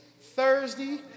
Thursday